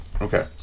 Okay